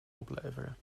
opleveren